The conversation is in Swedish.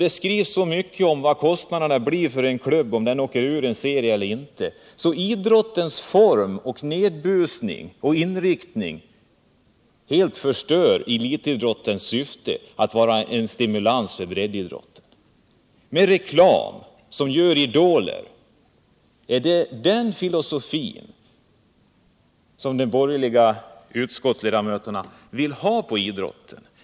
Det skrivs också så mycket om vad kostnaderna blir om en klubb åker ur en serie eller inte, så formerna för arrangemangen får till följd nedbusning och liknande som helt motverkar elitidrottens syfte, nämligen att vara en stimulans för breddidrotten. Kring de här arrangemangen görs reklam, och den skapar i sin tur idoler. Är det en sådan filosofi som de borgerliga ledamöterna i utskottet vill tillämpa på idrotten?